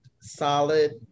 solid